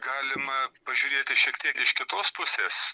galima pažiūrėti šiek tiek iš kitos pusės